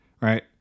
right